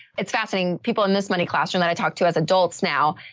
it's fascinating people in this money classroom that i talked to as adults now.